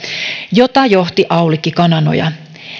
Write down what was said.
jota johti aulikki kananoja